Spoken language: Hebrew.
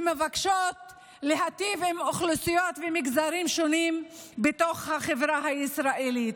שמבקשות להיטיב עם אוכלוסיות ומגזרים שונים בתוך החברה הישראלית,